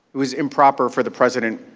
was improper for the president